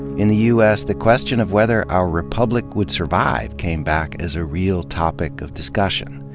in the u s, the question of whether our republic would survive came back as a real topic of discussion.